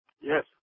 Yes